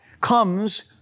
comes